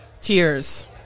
Tears